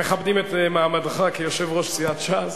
מכבדים את מעמדך כיושב-ראש סיעת ש"ס.